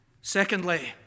Secondly